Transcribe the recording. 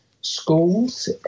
schools